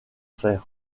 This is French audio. fer